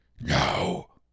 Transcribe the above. no